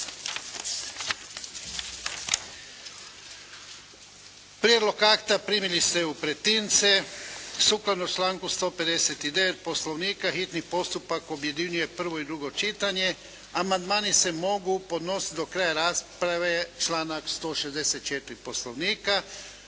Prijedlog akta primili ste u pretince. Sukladno članku 159. Poslovnika hitni postupak objedinjuje prvo i drugo čitanje. Amandmani se mogu podnositi do kraja rasprave, članak 164. poslovnika.